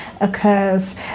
occurs